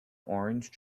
orange